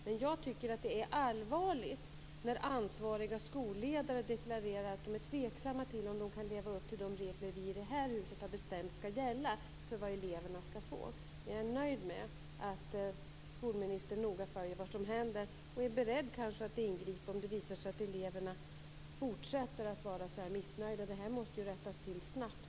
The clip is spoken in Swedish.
Men jag tycker att det är allvarligt när ansvariga skolledare deklarerar att de är tveksamma till att de kan leva upp till de regler som vi i detta hus har bestämt skall gälla för vad eleverna skall få. Men jag är nöjd med att skolministern noga följer vad som händer och att hon kanske är beredd att ingripa om det visar sig att eleverna fortsätter att vara så här missnöjda. Detta är ju någonting som måste rättas till snabbt.